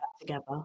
Together